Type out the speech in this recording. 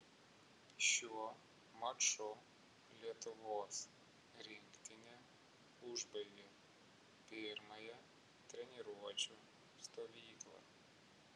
šiuo maču lietuvos rinktinė užbaigė pirmąją treniruočių stovyklą